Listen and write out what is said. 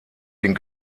den